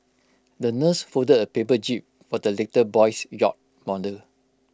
the nurse folded A paper jib for the little boy's yacht model